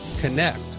connect